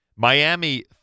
Miami